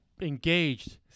Engaged